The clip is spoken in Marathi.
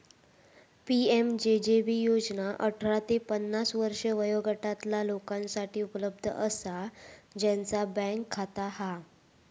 पी.एम.जे.जे.बी योजना अठरा ते पन्नास वर्षे वयोगटातला लोकांसाठी उपलब्ध असा ज्यांचा बँक खाता हा